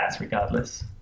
regardless